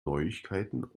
neuigkeiten